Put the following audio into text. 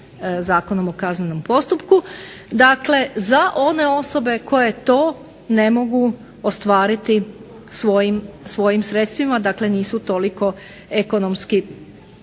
Zakonom o kaznenom postupku, dakle za one osobe koje to ne mogu ostvariti svojim sredstvima, dakle nisu toliko ekonomski